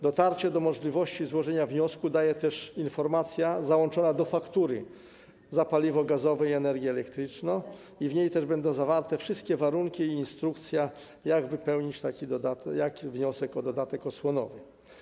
Dotarcie do możliwości złożenia wniosku daje też informacja załączona do faktury za paliwo gazowe i energię elektryczną, będą w niej też zawarte wszystkie warunki i instrukcja, jak wypełnić taki wniosek o dodatek osłonowy.